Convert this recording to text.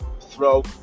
throw